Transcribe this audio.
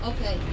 Okay